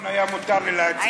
התקבלה.